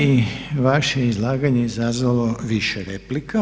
I vaše izlaganje izazvalo je više replika.